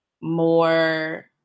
more